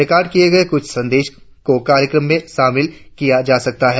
record किए गए कुछ संदेशो को कार्यक्रम में शामिल किया जा सकता है